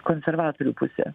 konservatorių pusėje